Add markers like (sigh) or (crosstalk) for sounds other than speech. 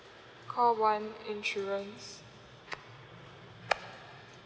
call one insurance (noise)